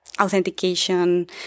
authentication